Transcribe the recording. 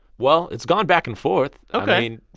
well, it's gone back and forth ok i mean,